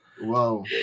Whoa